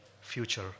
future